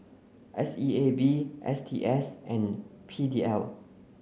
S E A B S T S and P D L